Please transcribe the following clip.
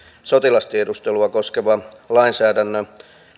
sotilastiedustelua koskevan lainsäädännön